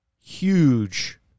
huge